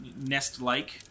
nest-like